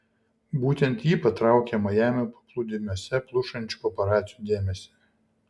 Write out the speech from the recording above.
būtent ji patraukė majamio paplūdimiuose plušančių paparacių dėmesį